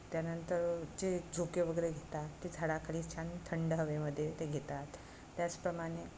त्यानंतर जे झोके वगैरे घेतात ते झाडाखाली छान थंड हवेमध्ये ते घेतात त्याचप्रमाणे